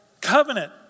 covenant